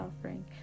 offering